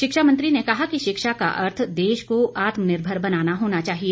शिक्षा मंत्री ने कहा कि शिक्षा का अर्थ देश को आत्मनिर्भर बनाना होना चाहिए